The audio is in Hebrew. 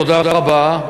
תודה רבה.